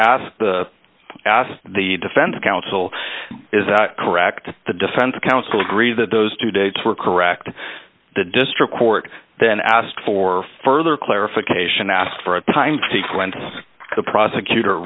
the ask the defense counsel is that correct the defense counsel agreed that those two dates were correct the district court then asked for further clarification asked for a time sequence the prosecutor